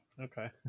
Okay